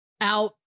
out